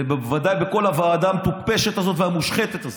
בוודאי מכל הוועדה המטופשת הזאת והמושחתת הזאת.